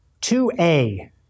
2A